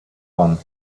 one